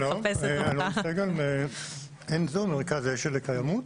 שלום, אני מ-NZO, מרכז השל לקיימות.